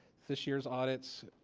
this year's audits.